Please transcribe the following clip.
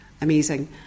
amazing